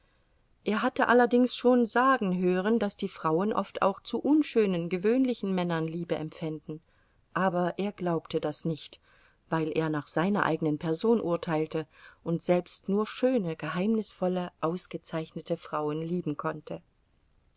er hatte allerdings schon sagen hören daß die frauen oft auch zu unschönen gewöhnlichen männern liebe empfänden aber er glaubte das nicht weil er nach seiner eigenen person urteilte und selbst nur schöne geheimnisvolle ausgezeichnete frauen lieben konnte